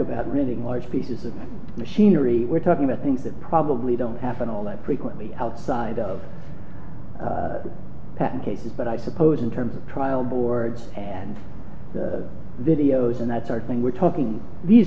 about reading large pieces of machinery we're talking about things that probably don't happen all that preclude me outside of patent cases but i suppose in terms of trial boards and the videos and that's our thing we're talking these